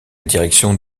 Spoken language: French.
direction